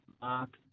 Mark